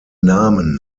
namen